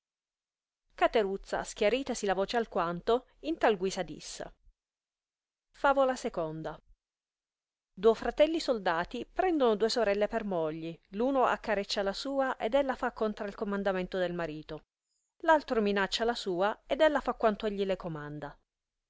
aspettare ma schiaritasi la voce alquanto in tal guisa disse favola il duo fratelli soldati prendono due sorelle per mogli l uno accareccia la sua ed ella fa contra il comandamento del marito l altro minaccia la sua ed ella fa quanto egli le comanda